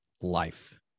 life